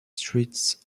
streets